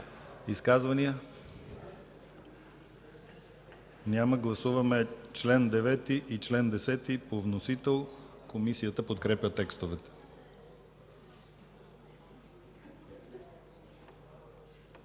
Изказвания? Няма. Гласуваме чл. 9 и чл. 10 – по вносител. Комисията подкрепя текстовете.